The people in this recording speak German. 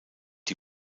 die